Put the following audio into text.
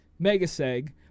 Megaseg